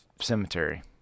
cemetery